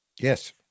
Yes